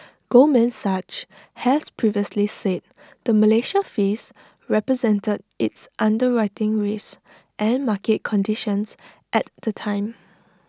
Goldman Sachs has previously said the Malaysia fees represented its underwriting risks and market conditions at the time